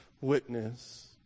Witness